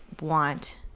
want